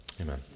Amen